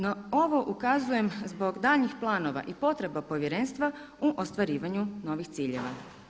Na ovo ukazujem zbog daljnjih planova i potreba povjerenstva u ostvarivanju novih ciljeva.